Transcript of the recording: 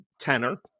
tenor